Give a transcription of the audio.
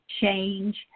change